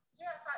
Yes